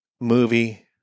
movie